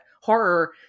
horror